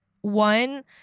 one